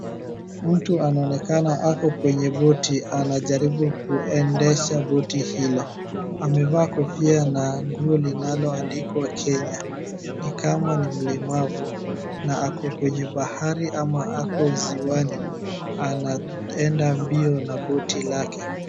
Mtu anaonekana ako kwenye boti anajaribu kuendesha boti hilo. Amevaa kofia na nguo linaloandikwa Kenya. Ni kama ni mlemavu na ako kwenye bahari ama ako ziwani, anaenda mbio na boti lake.